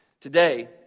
Today